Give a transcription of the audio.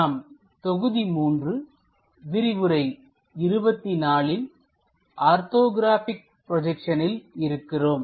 நாம் தொகுதி 3 விரிவுரை 24 ல் ஆர்த்தோகிராபிக் ப்ரோஜெக்சனில் இருக்கிறோம்